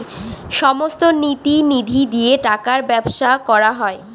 সমস্ত নীতি নিধি দিয়ে টাকার ব্যবসা করা হয়